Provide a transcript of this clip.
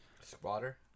squatter